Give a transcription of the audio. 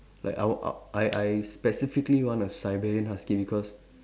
like our uh I I specifically want a siberian husky because